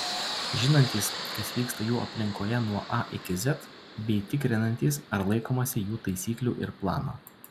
žinantys kas vyksta jų aplinkoje nuo a iki z bei tikrinantys ar laikomasi jų taisyklų ir plano